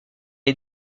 est